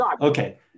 okay